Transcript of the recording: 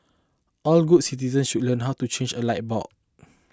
all good citizen should learn how to change a light bulb